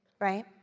right